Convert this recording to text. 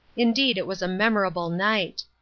indeed it was a memorable night.